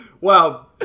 wow